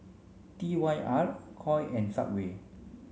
T Y R Koi and Subway